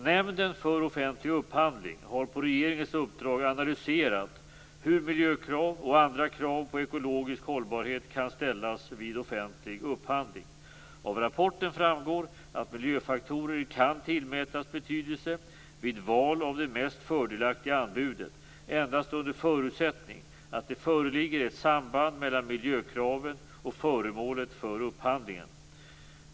Nämnden för offentlig upphandling har på regeringens uppdrag analyserat hur miljökrav och andra krav på ekologisk hållbarhet kan ställas vid offentlig upphandling. Av rapporten framgår att miljöfaktorer kan tillmätas betydelse vid val av det mest fördelaktiga anbudet endast under förutsättning att det föreligger ett samband mellan miljökraven och föremålet för upphandlingen.